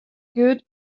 good